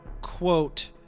quote